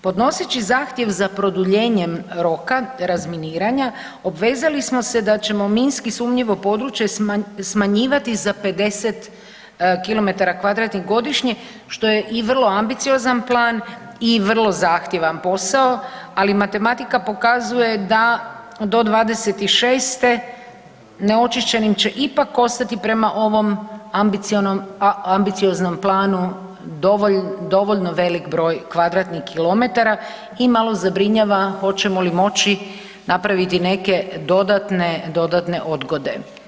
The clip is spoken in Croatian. Podnoseći zahtjev za produljenjem roka razminiranja obvezali smo se da ćemo minski sumnjivo područje smanjivati za 50 km2 godišnje što je i vrlo ambiciozan plan i vrlo zahtjevan posao, ali matematika pokazuje da do '26. neočišćenim će ipak ostati prema ovom ambicioznom planu dovoljno veliki broj kvadratnih kilometara i malo zabrinjava hoćemo li moći napraviti neke dodatne odgode.